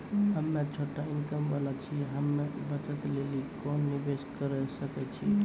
हम्मय छोटा इनकम वाला छियै, हम्मय बचत लेली कोंन निवेश करें सकय छियै?